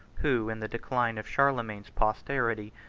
who, in the decline of charlemagne's posterity,